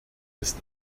ist